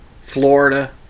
Florida